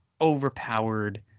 overpowered